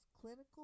clinical